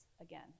again